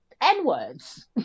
n-words